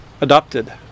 adopted